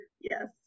Yes